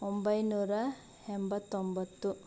ಒಂಬೈನೂರ ಎಂಬತ್ತೊಂಬತ್ತು